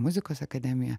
muzikos akademiją